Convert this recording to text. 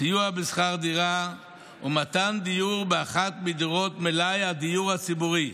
סיוע בשכר דירה ומתן דיור באחת מדירות מלאי הדיור הציבורי.